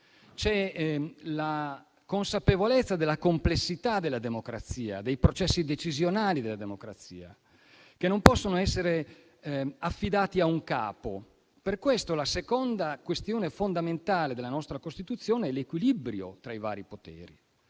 c'è la consapevolezza della complessità della democrazia e dei suoi processi decisionali, che non possono essere affidati a un capo. Per questo la seconda questione fondamentale della nostra Costituzione è l'equilibrio tra i vari poteri.